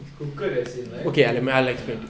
crooked as in like